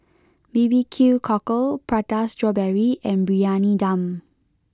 B B Q Cockle Prata Strawberry and Briyani Dum